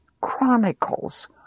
Chronicles